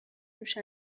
روش